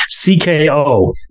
CKO